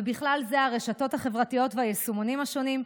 ובכלל זה הרשתות החברתיות והיישומונים השונים,